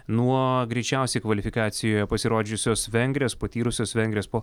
nuo greičiausiai kvalifikacijoje pasirodžiusios vengrės patyrusios vengrės po